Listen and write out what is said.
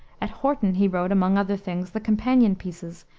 at horton he wrote, among other things, the companion pieces,